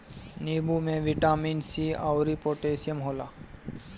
नींबू में vitamin C अउरी पोटैशियम होला